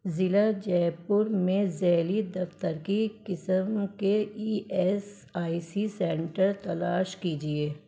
ضلع جے پور میں ذیلی دفتر کی قسم کے E S I C centre تلاش کیجیے